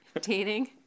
dating